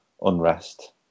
unrest